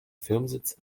firmensitz